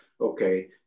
okay